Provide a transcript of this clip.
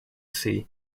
see